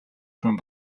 ахуйн